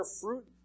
fruit